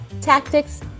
tactics